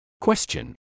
Question